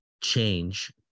change